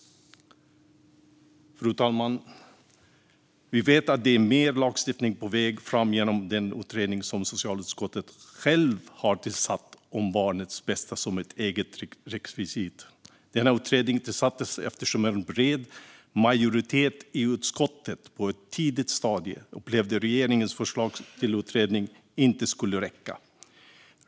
Fru talman! Vi vet att det är mer lagstiftning på väg fram genom den utredning som socialutskottet självt har tillsatt om barnets bästa som eget rekvisit. Denna utredning tillsattes eftersom en bred majoritet i utskottet på ett tidigt stadium upplevde att regeringens förslag till utredning inte skulle räcka.